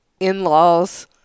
in-laws